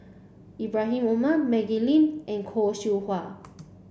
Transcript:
Ibrahim Omar Maggie Lim and Khoo Seow Hwa